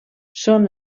són